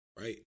Right